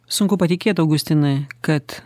sunku patikėt augustinai kad